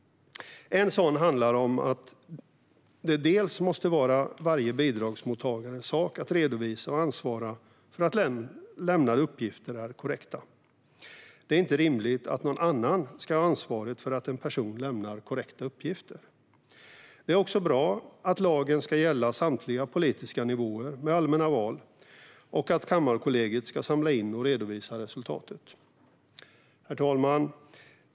En sådan del handlar om att det måste vara varje bidragsmottagares sak att redovisa och ansvara för att lämnade uppgifter är korrekta. Det är inte rimligt att någon annan ska ha ansvaret för att en person lämnar korrekta uppgifter. Det är också bra att lagen ska gälla samtliga politiska nivåer med allmänna val och att Kammarkollegiet ska samla in och redovisa resultatet. Herr talman!